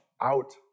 out